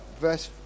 verse